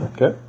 Okay